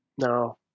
No